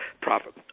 profit